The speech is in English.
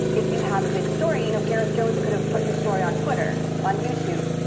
if you have a big story, you know, gareth jones could have put his story on twitter, on youtube,